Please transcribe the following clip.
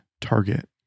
target